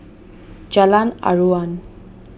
Jalan Aruan